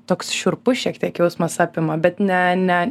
toks šiurpus šiek tiek jausmas apima bet ne ne